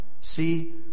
See